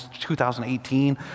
2018